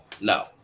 no